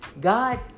God